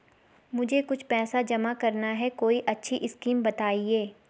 मुझे कुछ पैसा जमा करना है कोई अच्छी स्कीम बताइये?